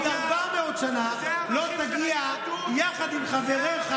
אלה הערכים של היהדות?